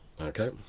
Okay